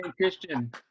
Christian